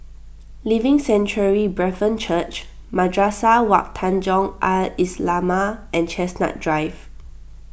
Living Sanctuary Brethren Church Madrasah Wak Tanjong Al Islamiah and Chestnut Drive